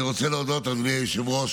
לסיום אני רוצה להודות, אדוני היושב-ראש,